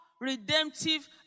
redemptive